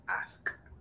ask